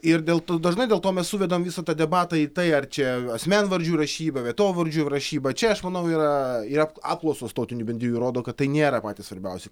ir dėl to dažnai dėl to mes suvedam visą tą debatą į tai ar čia asmenvardžių rašyba vietovardžių rašyba čia aš manau yra yra apklausos tautinių bendrijų rodo kad tai nėra patys svarbiausi